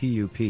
PUP